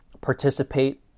participate